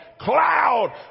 cloud